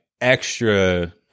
extra